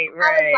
Right